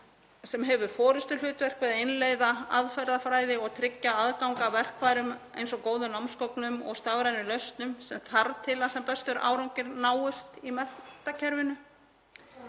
sem hefur forystuhlutverk við að innleiða aðferðafræði og tryggja aðgang að verkfærum eins og góðum námsgögnum og stafrænum lausnum sem þarf til að sem bestur árangur náist í menntakerfinu.